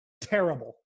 terrible